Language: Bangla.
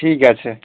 ঠিক আছে